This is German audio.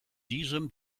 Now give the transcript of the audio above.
diesem